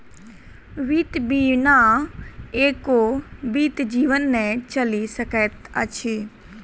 वित्त बिना एको बीत जीवन नै चलि सकैत अछि